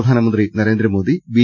പ്രധാനമന്ത്രി നരേന്ദ്രമോദി ബി